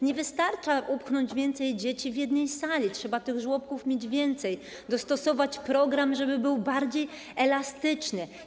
Nie wystarczy upchnąć więcej dzieci w jednej sali, trzeba tych żłobków mieć więcej, dostosować program, żeby był bardziej elastyczny.